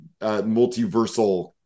multiversal